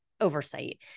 oversight